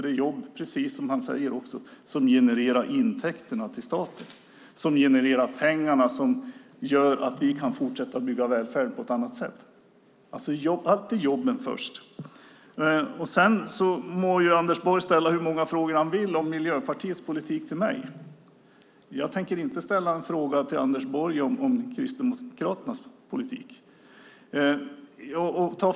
Det är jobben som genererar intäkter till staten och genererar pengar som gör att vi kan fortsätta att bygga upp en välfärd. Jobben kommer alltid först. Sedan må Anders Borg ställa hur många frågor han vill om Miljöpartiets politik till mig. Jag tänker inte ställa en fråga till Anders Borg om Kristdemokraternas politik.